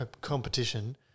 competition